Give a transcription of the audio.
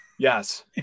Yes